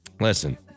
Listen